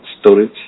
storage